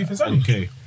Okay